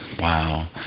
Wow